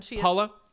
Paula